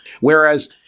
Whereas